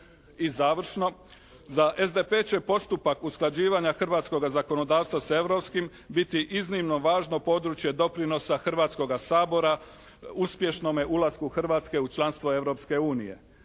I završno, za SDP će postupak usklađivanja hrvatskoga zakonodavstva sa europskim biti iznimno važno područje doprinosa Hrvatskoga sabora uspješnome ulasku Hrvatske u članstvo Europske unije.